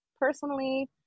personally